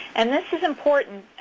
and this is important,